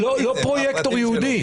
לא פרויקטור ייעודי.